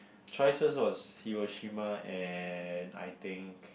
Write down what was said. choice first was Hiroshima and I think